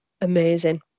amazing